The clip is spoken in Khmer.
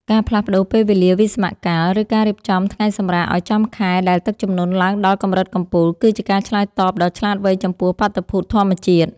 ការផ្លាស់ប្តូរពេលវេលាវិស្សមកាល ឬការរៀបចំថ្ងៃសម្រាកឱ្យចំខែដែលទឹកជំនន់ឡើងដល់កម្រិតកំពូល គឺជាការឆ្លើយតបដ៏ឆ្លាតវៃចំពោះបាតុភូតធម្មជាតិ។